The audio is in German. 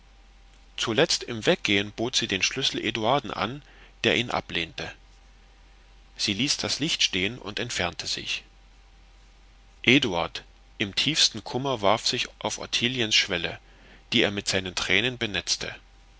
zuletzt im weggehen bot sie den schlüssel eduarden an der ihn ablehnte sie ließ das licht stehen und entfernte sich eduard im tiefsten kummer warf sich auf ottiliens schwelle die er mit seinen tränen benetzte